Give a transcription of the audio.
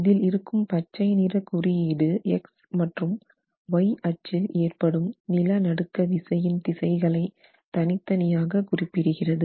இதில் இருக்கும் பச்சை நிற குறியீடு X மற்றும் Y அச்சில் ஏற்படும் நிலநடுக்க விசையின் திசைகளை தனித்தனியாக குறிப்பிடுகிறது